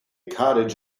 cottage